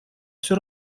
всё